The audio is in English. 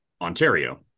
Ontario